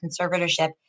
Conservatorship